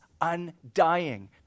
undying